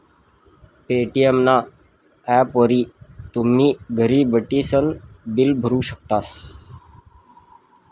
Paytm ना ॲपवरी तुमी घर बठीसन बिल भरू शकतस